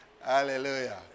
Hallelujah